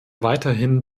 weiterhin